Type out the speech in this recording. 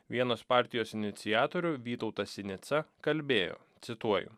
vienas partijos iniciatorių vytautas sinica kalbėjo cituoju